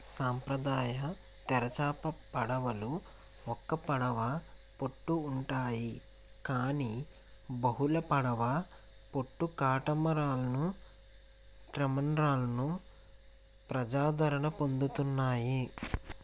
సాంప్రదాయ తెరచాప పడవలు ఒక్క పడవ పొట్టు ఉంటాయి కానీ బహుళ పడవ పొట్టు కాటమరాన్లు ట్రేమన్రాన్లు ప్రజాదరణ పొందుతున్నాయి